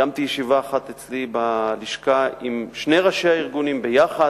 קיימתי ישיבה אחת אצלי בלשכה עם שני ראשי הארגונים יחד,